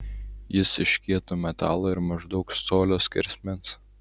jis iš kieto metalo ir maždaug colio skersmens